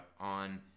on